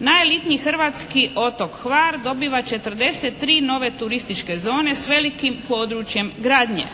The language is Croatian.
najelitniji hrvatski otok Hvar dobiva 43 nove turističke zone s velikim područjem gradnje.